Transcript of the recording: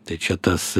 tai čia tas